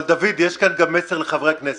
אבל יש פה גם מסר לחברי הכנסת.